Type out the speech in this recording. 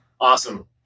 Awesome